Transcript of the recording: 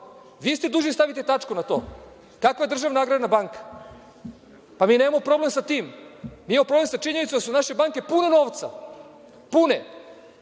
Vi ste dužni da stavite tačku na to. Kakva državna agrarna banka? Pa, mi nemamo problem sa tim. Mi imamo problem sa činjenicom da su naše banke pune novca, pune,